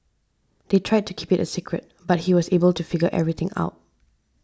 they tried to keep it a secret but he was able to figure everything out